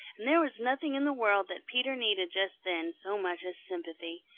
and there was nothing in the world that peter needed just then so much as sympathy.